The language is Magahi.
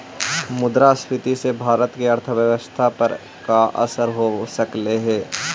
मुद्रास्फीति से भारत की अर्थव्यवस्था पर का असर हो सकलई हे